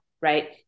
right